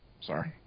Sorry